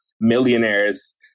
millionaires